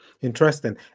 Interesting